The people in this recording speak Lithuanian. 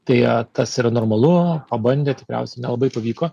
tai tas yra normalu o bandė tikriausiai nelabai pavyko